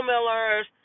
Miller's